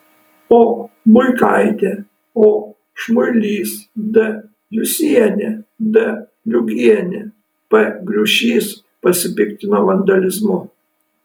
o buikaitė o šmuilys d jusienė d liugienė p griušys pasipiktino vandalizmu